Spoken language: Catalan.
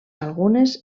algunes